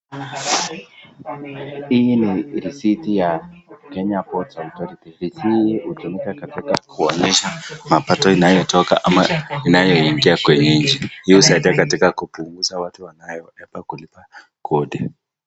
Hii ni risiti ya Kenya Ports Authority . Risiti hutumika katika kuonyesha mapato inayotoka ama inayoingia kwenye nchi. Husaidia katika kupunguza watu wanayoepa kulipa kodi.